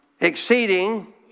exceeding